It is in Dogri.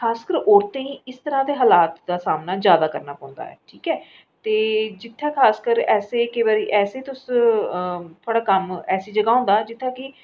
खासकर औरतें इस तरह् दे हालात जैदा करना पौंदा ऐ ठीक ऐ ते जित्थै खासकर थोह्ड़ा कम्म ऐसी जगह् होंदी जित्थै कि